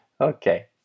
Okay